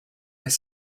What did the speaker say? his